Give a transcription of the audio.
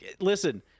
listen